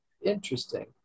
interesting